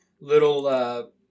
little